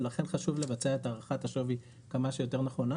ולכן חשוב לבצע את הערכת השווי כמה שיותר נכון.